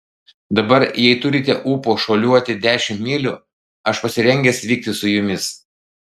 dabar jei turite ūpo šuoliuoti dešimt mylių aš pasirengęs vykti su jumis